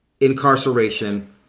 incarceration